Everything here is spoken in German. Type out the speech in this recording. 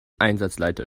einsatzleiter